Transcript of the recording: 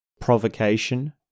Provocation